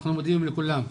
אנחנו מודים לכולם.